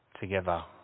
together